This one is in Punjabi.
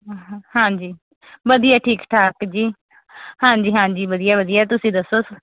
ਹਾਂਜੀ ਵਧੀਆ ਠੀਕ ਠਾਕ ਜੀ ਹਾਂਜੀ ਹਾਂਜੀ ਵਧੀਆ ਵਧੀਆ ਤੁਸੀਂ ਦੱਸੋ